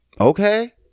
Okay